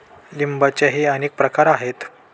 लिंबाचेही अनेक प्रकार आहेत